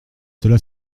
cela